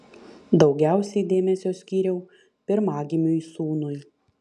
daugiausiai dėmesio skyriau pirmagimiui sūnui